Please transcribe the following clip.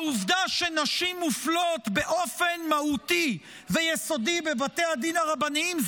העובדה שנשים מופלות באופן מהותי ויסודי בבתי הדין הרבניים,